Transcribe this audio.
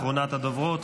אחרונת הדוברות,